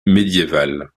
médiévale